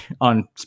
on